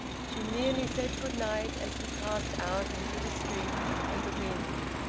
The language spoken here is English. she merely said good night as he passed out into the street and the wind.